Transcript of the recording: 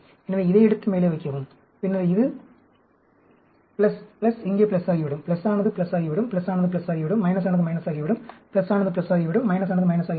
எனவே இதை எடுத்து மேலே வைக்கவும் பின்னர் இங்கே ஆகிவிடும் ஆனது ஆகிவிடும் ஆனது ஆகிவிடும் ஆனது ஆகிவிடும் ஆனது ஆகிவிடும் ஆனது ஆகிவிடும்